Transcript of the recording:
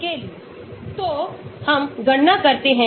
मुझे विभिन्न तरह के सिगमा मिलते हैं